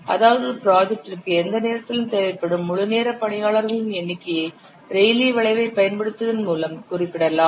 அதாவது ஒரு ப்ராஜெக்டிற்கு எந்த நேரத்திலும் தேவைப்படும் முழுநேர பணியாளர்களின் எண்ணிக்கையை ரெய்லீ வளைவைப் பயன்படுத்துவதன் மூலம் குறிப்பிடலாம்